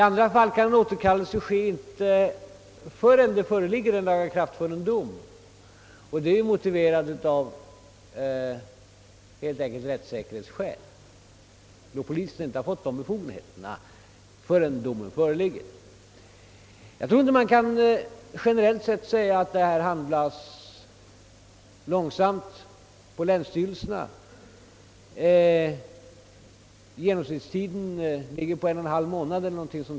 Andra gånger kan en återkallelse inte komma till stånd förrän en lagakraftvunnen dom föreligger. Detta är motiverat av rättssäkerhetsskäl och polisen har inte fått befogenheter att dra in körkort förrän dom föreligger. Man kan inte generellt säga att ärenden av det här slaget handläggs långsamt av länsstyrelserna. Genomsnittstiden ligger på cirka en och en halv månad.